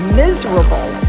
miserable